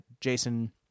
Jason